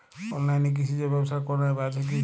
অনলাইনে কৃষিজ ব্যবসার কোন আ্যপ আছে কি?